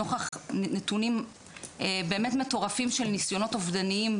נוכח נתונים באמת מטורפים של ניסיונות אובדניים,